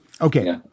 Okay